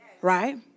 Right